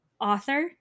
author